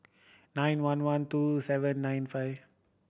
nine one one two seven nine five